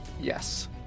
yes